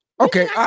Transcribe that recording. Okay